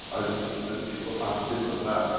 i listen to many people ask, this and that,